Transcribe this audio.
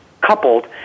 coupled